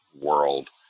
world